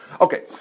Okay